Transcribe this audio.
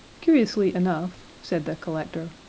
curiously enough, said the collector,